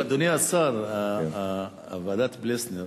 אבל, אדוני השר, ועדת-פלסנר